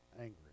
angry